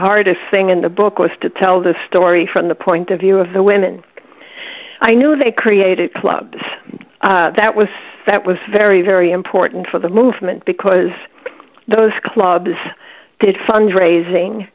hardest thing in the book was to tell the story from the point of view of the women i knew they created clubs that was that was very very important for the movement because those clubs did fund raising